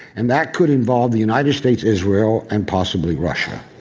and that could involve the united states, israel, and possibly russia.